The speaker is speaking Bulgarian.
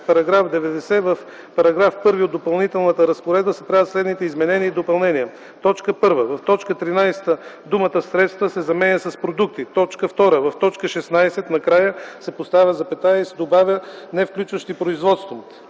става § 90: „§ 90. В § 1 от Допълнителната разпоредба се правят следните изменения и допълнения: 1. В т. 13 думата „средства” се заменя с „продукти”. 2. В т. 16 накрая се поставя запетая и се добавя „невключващи производство”.